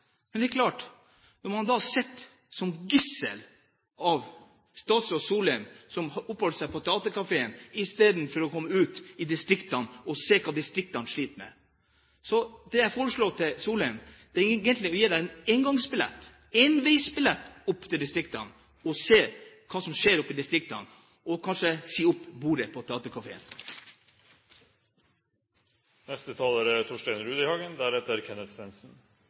men de sitter som gissel for statsråd Solheim, som oppholder seg på Theatercaféen i stedet for å være ut i distriktene og se hva distriktene sliter med. Det jeg foreslår, er egentlig at man gir Solheim en enveisbillett opp til distriktene for å se hva som skjer der, og at han sier opp bordet sitt på